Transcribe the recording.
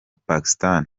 pakistan